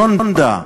הזונדה,